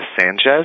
Sanchez